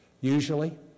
usually